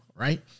right